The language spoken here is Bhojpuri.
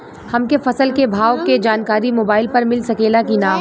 हमके फसल के भाव के जानकारी मोबाइल पर मिल सकेला की ना?